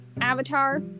Avatar